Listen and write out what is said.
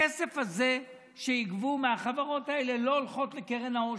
הכסף הזה שיגבו מהחברות האלה לא הולך לקרן העושר.